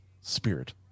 spirit